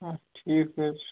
إں ٹھیٖک حظ چھُ